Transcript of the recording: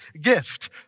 gift